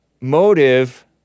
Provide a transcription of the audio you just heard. motive